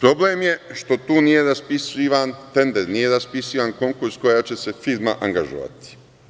Problem je što tu nije raspisan tender, nije raspisan konkurs koja će se firma angažovati.